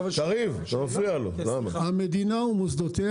אסור לחסום כבר היום את כל המספרים של המדינה ומוסדותיה.